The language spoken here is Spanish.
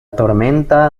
tormenta